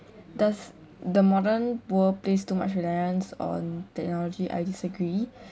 does the modern world place too much reliance on technology I disagree